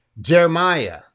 Jeremiah